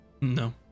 No